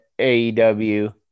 AEW